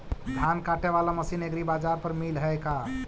धान काटे बाला मशीन एग्रीबाजार पर मिल है का?